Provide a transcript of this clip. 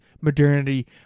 modernity